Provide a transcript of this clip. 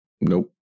Nope